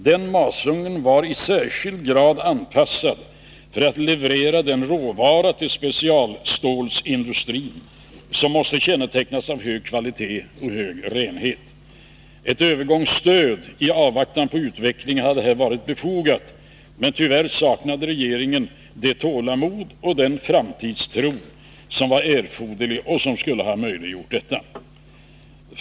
Den masugnen var i särskild grad anpassad för att leverera den råvara till specialstålsindustrin som måste kännetecknas av hög kvalitet och renhet. Ett övergångsstöd i avvaktan på utvecklingen hade här varit befogat, men tyvärr saknade regeringen det tålamod och den framtidstro som var erforderlig och som skulle ha möjliggjort detta.